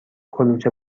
کلوچه